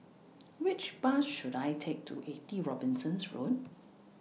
Which Bus should I Take to eighty Robinson's Road